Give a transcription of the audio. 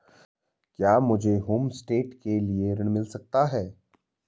क्या मुझे होमस्टे के लिए ऋण मिल सकता है?